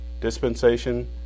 dispensation